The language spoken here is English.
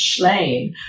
Schlein